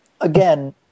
Again